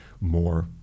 more